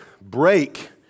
break